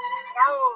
snow